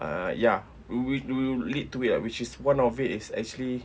err ya we we will lead to it ah which is one of it is actually